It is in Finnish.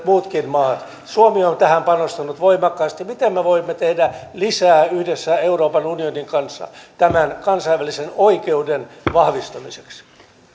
muutkin maat suomi on on tähän panostanut voimakkaasti mitä me voimme tehdä lisää yhdessä euroopan unionin kanssa tämän kansainvälisen oikeuden vahvistamiseksi